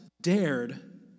dared